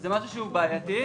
בעייתי.